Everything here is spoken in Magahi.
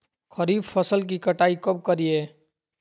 खरीफ फसल की कटाई कब करिये?